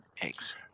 eggs